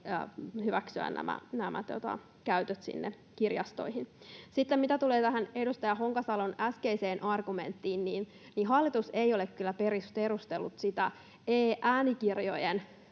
hyväksyä nämä käytöt sinne kirjastoihin. Sitten, mitä tulee tähän edustaja Honkasalon äskeiseen argumenttiin, niin hallitus ei ole kyllä perustellut sitä e-äänikirjojen